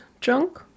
junk